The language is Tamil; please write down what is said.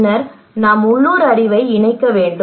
பின்னர் நாம் உள்ளூர் அறிவை இணைக்க வேண்டும்